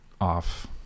off